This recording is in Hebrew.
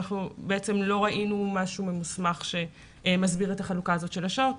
לא ראינו משהו ממוסמך שמסביר את החלוקה הזו של השעות.